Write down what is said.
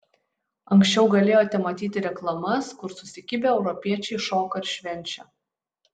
anksčiau galėjote matyti reklamas kur susikibę europiečiai šoka ir švenčia